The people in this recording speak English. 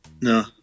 no